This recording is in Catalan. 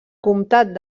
comtat